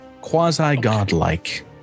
quasi-godlike